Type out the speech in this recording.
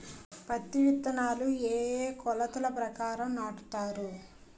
పత్తి విత్తనాలు ఏ ఏ కొలతల ప్రకారం నాటుతారు?